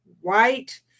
white